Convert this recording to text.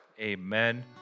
Amen